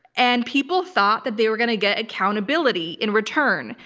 and people thought that they were going to get accountability in return.